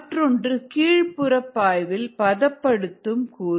மற்றொன்று கீழ்ப்புற பாய்வில் பதப்படுத்தும் கூறு